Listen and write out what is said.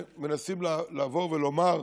שמנסים לבוא ולומר,